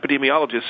epidemiologists